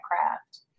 craft